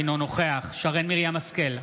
אינו נוכח שרן מרים השכל,